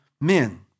men